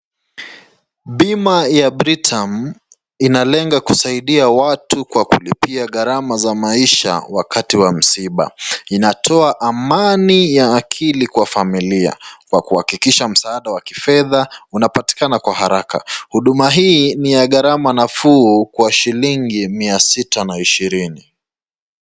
Bima ya (cs)Britam(cs) inalenga kusaidia watu kwa kulipia gharama ya maisha wakati wa msiba. Inatoa amani ya akili kwa familia kwa kuhakikisha msaada wa kifedha unapatika kwa haraka. Huduma hii ni ya gharama nafuu kwa shilingi mia sita na ishirini.